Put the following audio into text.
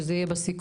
שזה יהיה בסיכום.